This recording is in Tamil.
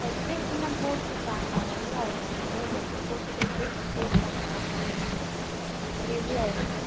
டெக்கரேஷன் தான் போட்டு தாங்க எவ்வளோ ஆகும் ரோஜா பூ போட்டு டெக்கரேஷன் போட்டு தாங்க மாலை அது எவ்வளோ ஆகும்